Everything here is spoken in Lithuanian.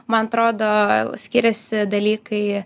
man atrodo l skiriasi dalykai